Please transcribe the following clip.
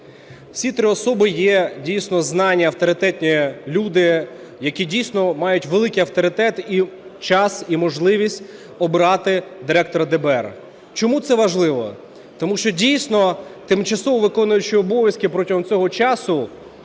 Всі три особи є дійсно знані авторитетні люди, які дійсно мають великий авторитет, і час, і можливість обрати Директора ДБР. Чому це важливо? Тому що, дійсно, тимчасово виконуючий обов'язки протягом цього часу